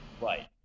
right